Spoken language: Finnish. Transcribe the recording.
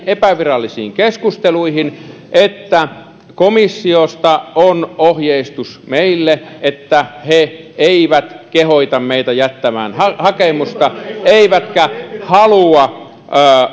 epävirallisiin keskusteluihin komissiosta on ohjeistus meille että he eivät kehota meitä jättämään hakemusta eivätkä halua